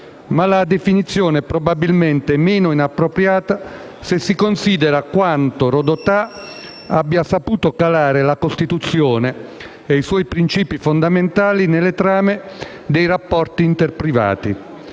Ma la definizione è probabilmente meno inappropriata se si considera quanto Rodotà abbia saputo calare la Costituzione e i suoi princìpi fondamentali nelle trame dei rapporti interprivati.